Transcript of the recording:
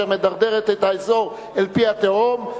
המדרדרת את האזור אל פי התהום,